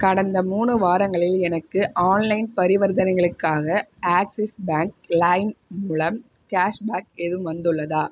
கடந்த மூணு வாரங்களில் எனக்கு ஆன்லைன் பரிவர்த்தனைகளுக்காக ஆக்ஸிஸ் பேங்க் லைம் மூலம் கேஷ்பேக் எதுவும் வந்துள்ளதா